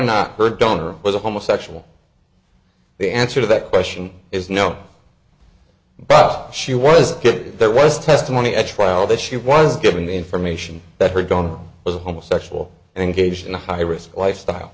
not her donor was a homosexual the answer to that question is no buff she was good there was testimony at trial that she was given information that her gone was a homosexual and engaged in a high risk lifestyle